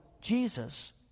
Jesus